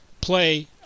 play